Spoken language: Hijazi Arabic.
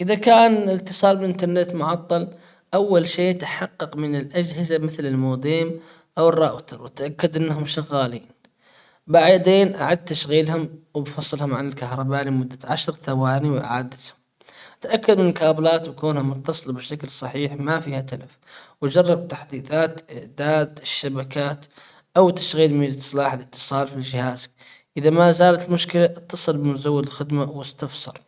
إذا كان الاتصال بالأنترنت معطل أول شي تحقق من الأجهزة مثل الموديم او الراوتر وتأكد أنهم شغالين أعد تشغيلهم وبفصلهم عن الكهرباء لمدة عشر ثواني وإعادتهم تأكد من كابلات وكونه متصل بشكل صحيح ما فيها تلف وجرب تحديثات إعداد الشبكات أو تشغيل اصلاح الاتصال في الجهاز إذا ما زالت المشكلة اتصل بمزود الخدمة واستفسر.